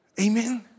Amen